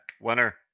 Winner